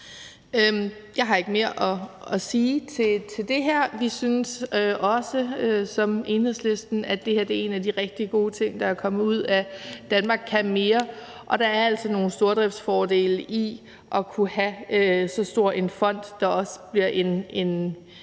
Jeg har ikke mere at sige til det her. Vi synes som Enhedslisten, at det her er en af de rigtig gode ting, der er kommet ud af »Danmark kan mere I«, og der er altså nogle stordriftsfordele ved at kunne have så stor en fond, der også kan blive en noget